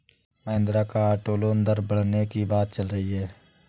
महिंद्रा का auto loan दर बढ़ने की बात चल रही है